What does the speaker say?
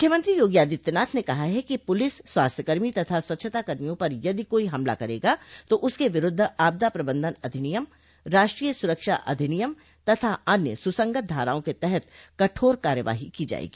मुख्यमंत्री योगी आदित्यनाथ ने कहा है कि पुलिस स्वास्थ्य कर्मी तथा स्वच्छता कर्मियों पर यदि कोई हमला करेगा तो उसके विरुद्ध आपदा प्रबन्धन अधिनियम राष्ट्रीय सुरक्षा अधिनियम तथा अन्य सुसंगत धाराओं के तहत कठोर कार्यवाही की जायेगी